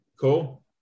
Cool